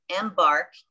Embark